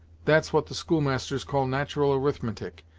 that's what the schoolmasters call nat'ral arithmetic,